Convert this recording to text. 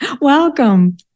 Welcome